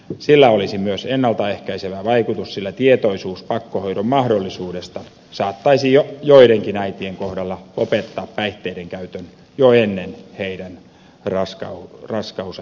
sillä olisi myös ennalta ehkäisevä vaikutus sillä tietoisuus pakkohoidon mahdollisuudesta saattaisi joidenkin äitien kohdalla lopettaa päihteiden käytön jo ennen heidän raskausajan alkamista